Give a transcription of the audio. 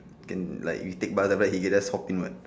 can like you take bus but he just hop in [what]